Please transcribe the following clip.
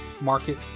market